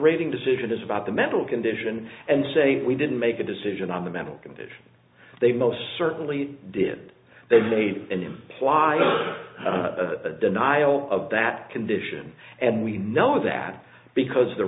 rating decision is about the mental condition and say we didn't make a decision on the mental condition they most certainly did they made an implied denial of that condition and we know that because of the